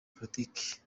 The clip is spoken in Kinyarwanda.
politike